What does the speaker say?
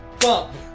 bump